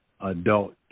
adult